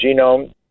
genome